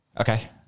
Okay